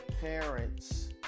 parents